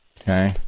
Okay